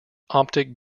optic